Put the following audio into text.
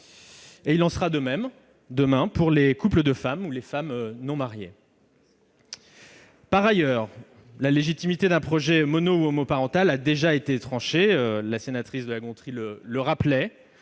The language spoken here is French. Il en sera de même, demain, pour les couples de femmes ou les femmes non mariées. Par ailleurs, la légitimité d'un projet mono ou homoparental a déjà été tranchée. La sénatrice Marie-Pierre de la